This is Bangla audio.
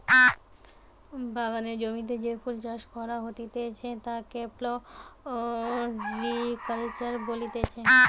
বাগানের জমিতে যে ফুল চাষ করা হতিছে তাকে ফ্লোরিকালচার বলতিছে